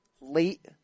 late